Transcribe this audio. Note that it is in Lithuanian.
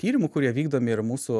tyrimų kurie vykdomi ir mūsų